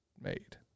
made